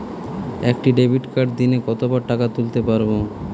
একটি ডেবিটকার্ড দিনে কতবার টাকা তুলতে পারব?